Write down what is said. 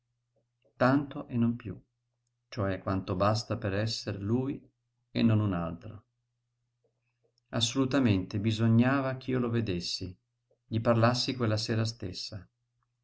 tanto e non piú cioè quanto basta per esser lui e non un altro assolutamente bisognava ch'io lo vedessi gli parlassi quella sera stessa